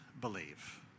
believe